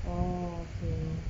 oh okay